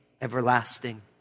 everlasting